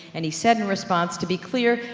and he said in response to be clear,